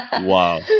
wow